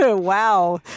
wow